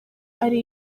ari